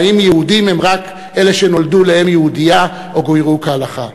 האם יהודים הם רק אלה שנולדו לאם יהודייה או גוירו כהלכה?